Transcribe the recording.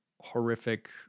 horrific